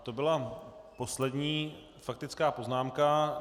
To byla poslední faktická poznámka.